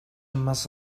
mess